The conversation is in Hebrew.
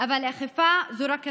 אבל אכיפה זו רק התחלה.